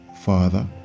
father